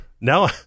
now